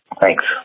Thanks